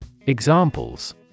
Examples